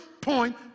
point